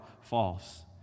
false